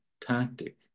tactic